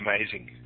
amazing